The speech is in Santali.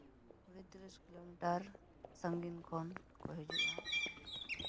ᱠᱩᱲᱤ ᱛᱤᱨᱤᱥ ᱠᱤᱞᱳᱢᱤᱴᱟᱨ ᱥᱟᱺᱜᱤᱧ ᱠᱷᱚᱱ ᱠᱚ ᱦᱤᱡᱩᱜᱼᱟ